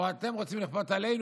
אתם רוצים לכפות עלינו?